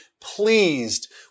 pleased